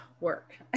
work